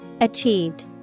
Achieved